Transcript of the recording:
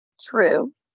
True